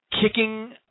kicking